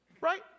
Right